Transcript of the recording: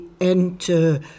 enter